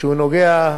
שהוא נוגע,